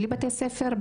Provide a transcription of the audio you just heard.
בלי בתי ספר,